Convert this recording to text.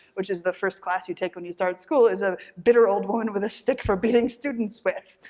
which is the first class you take when you start school, is a bitter old woman with a stick for beating students with.